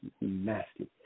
nasty